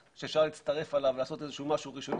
אז אנחנו לא נעשה את השינוי הזה.